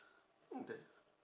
mm that's